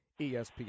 ESPN